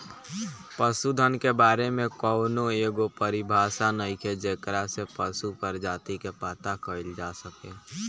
पशुधन के बारे में कौनो एगो परिभाषा नइखे जेकरा से पशु प्रजाति के पता कईल जा सके